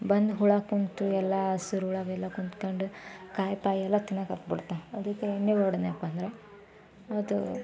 ಬಂದು ಹುಳ ಕೂತು ಎಲ್ಲ ಹಸ್ರು ಹುಳವೆಲ್ಲ ಕೂತ್ಕೊಂಡು ಕಾಯಿ ಪಾಯಿ ಎಲ್ಲ ತಿನ್ನೋಕೆ ಹತ್ಬಿಡ್ತಾವೆ ಅದಕ್ಕೆ ಎಣ್ಣೆ ಹೊಡೆದ್ನಪ್ಪ ಅಂದ್ರೆ ಅದು